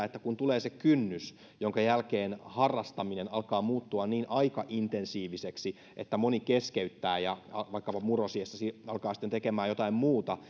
että kun tulee se kynnys jonka jälkeen harrastaminen alkaa muuttua niin aikaintensiiviseksi että moni keskeyttää vaikkapa murrosiässä alkaa sitten tekemään jotain muuta